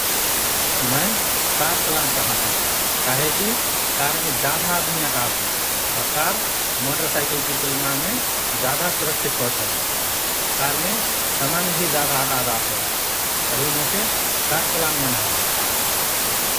मए कार चलान चाहत हओँ । काहेकि कारमे जाधा आदमी अटात हएँ और कार मोटरसाइकलकि तुलनामे जाधा सुरक्षित होत हए । कारमे समान भि जाधा अटाजात हए । तभि मोके कार चलान मन हए ।